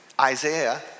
Isaiah